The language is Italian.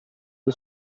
dei